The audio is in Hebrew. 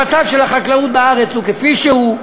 המצב של החקלאות בארץ הוא כפי שהוא,